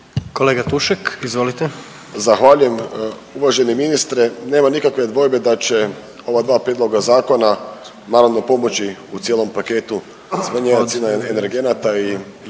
**Tušek, Žarko (HDZ)** Zahvaljujem. Uvaženi ministre, nema nikakve dvojbe da će ova dva prijedloga zakona naravno pomoći u cijelom paketu smanjenja cijena energenata i jačanja